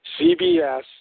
CBS